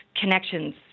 connections